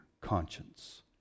conscience